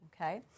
okay